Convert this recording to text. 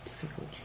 Difficult